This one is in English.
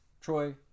Troy